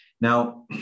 Now